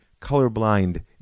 colorblind